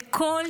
זה גורם לתסכול.